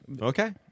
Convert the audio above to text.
Okay